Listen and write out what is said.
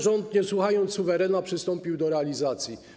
Rząd nie słuchał suwerena i przystąpił do realizacji.